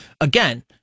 again